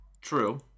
True